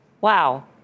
Wow